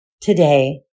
Today